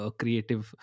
creative